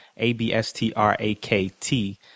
A-B-S-T-R-A-K-T